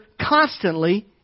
constantly